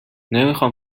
نمیخام